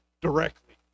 directly